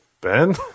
Ben